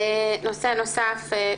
נושא נוסף,